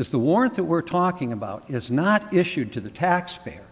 is the warrant that we're talking about is not issued to the taxpayer